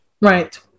Right